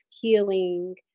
healing